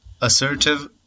assertive